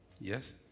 yes